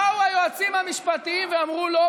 באו היועצים המשפטיים ואמרו: לא,